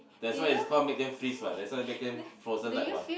that's why is called make them freeze what that's why make them frozen like mah